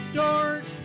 dark